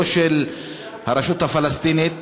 לא של הרשות הפלסטינית.